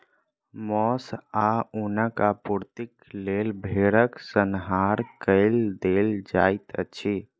मौस आ ऊनक आपूर्तिक लेल भेड़क संहार कय देल जाइत अछि